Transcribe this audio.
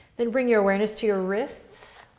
then bring your awareness to your wrists